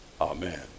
Amen